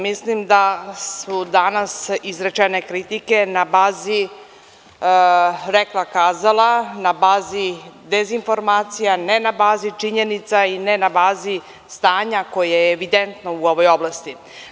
Mislim da su danas izrečene kritike na bazi rekla kazala, na bazi dezinformacija, ne na bazi činjenica i ne na bazi stanja koje je evidentno u ovoj oblasti.